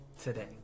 today